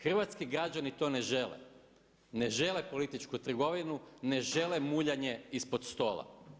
Hrvatski građani to ne žele, ne žele političku trgovinu, ne žele muljanje ispod stola.